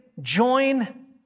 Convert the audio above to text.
join